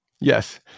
Yes